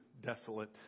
desolate